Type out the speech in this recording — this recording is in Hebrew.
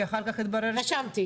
כי אחר כך יתברר --- רשמתי.